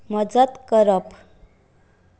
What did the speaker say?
मजत करप